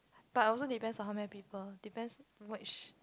but also depends on how many people depends which